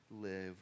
live